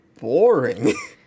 boring